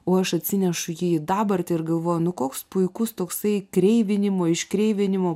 o aš atsinešu jį į dabartį ir galvoju nu koks puikus toksai kreivinimo iškreivinimo